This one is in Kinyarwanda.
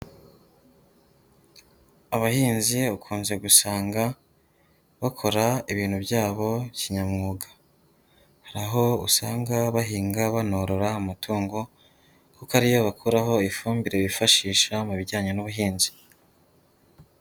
Abahinzi ukunze gusanga bakora ibintu byabo kinyamwuga. Hari aho usanga bahinga banorora amatungo, kuko ariyo bakuraho ifumbire bifashisha mu bijyanye n'ubuhinzi.